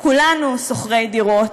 כולנו שוכרי דירות.